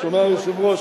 שומע, היושב-ראש?